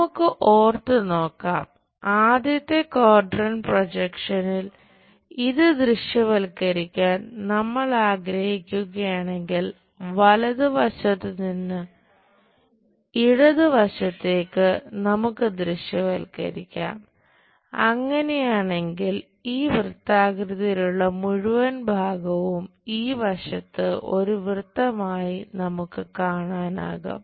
നമുക്ക് ഓർത്തു നോക്കാം ആദ്യത്തെ ക്വാഡ്രന്റ് പ്രൊജക്ഷനിൽ ഇത് ദൃശ്യവൽക്കരിക്കാൻ നമ്മൾ ആഗ്രഹിക്കുകയാണെങ്കിൽ വലതുവശത്ത് നിന്ന് ഇടത് വശത്തേക്ക് നമുക്ക് ദൃശ്യവൽക്കരിക്കാം അങ്ങനെയാണെങ്കിൽ ഈ വൃത്താകൃതിയിലുള്ള മുഴുവൻ ഭാഗവും ഈ വശത്ത് ഒരു വൃത്തമായി നമുക്ക് കാണാനാകും